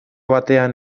batean